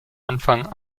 anfang